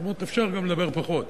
כלומר אפשר לדבר גם פחות.